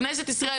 כנסת ישראל,